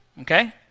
okay